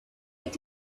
ate